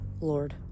Lord